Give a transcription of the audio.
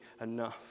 enough